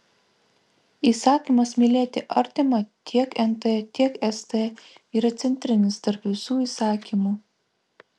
įsakymas mylėti artimą tiek nt tiek st yra centrinis tarp visų įsakymų